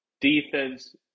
defense